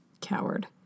Coward